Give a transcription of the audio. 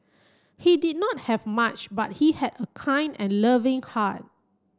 he did not have much but he had a kind and loving heart